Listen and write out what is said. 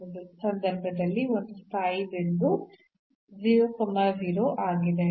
ಅದು ನಕಾರಾತ್ಮಕವಾಗಿದ್ದರೆ ಅಂದರೆ ಈ ನೆರೆಹೊರೆಯ ಬಿಂದುಗಳಿಗಿಂತ ದೊಡ್ಡದಾಗಿದೆ